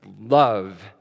love